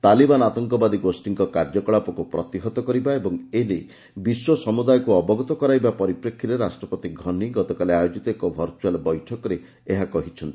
ତାଲିବାନ ଆତଙ୍କବାଦୀ ଗୋଷ୍ଠୀଙ୍କ କାର୍ଯ୍ୟକଳାପକୁ ପ୍ରତିହତ କରିବା ଏବଂ ଏ ନେଇ ବିଶ୍ୱ ସମୁଦାୟକୁ ଅବଗତ କରାଇବା ପରିପ୍ରେକ୍ଷୀରେ ରାଷ୍ଟ୍ରପତି ଘନୀ ଗତକାଲି ଆୟୋଜିତ ଏକ ଭର୍ଚୁଆଲ୍ ବୈଠକରେ ଏହା କହିଛନ୍ତି